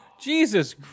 Jesus